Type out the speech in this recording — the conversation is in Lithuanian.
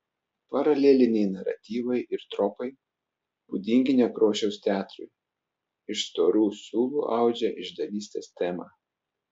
paraleliniai naratyvai ir tropai būdingi nekrošiaus teatrui iš storų siūlų audžia išdavystės temą